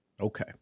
Okay